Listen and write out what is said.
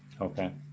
Okay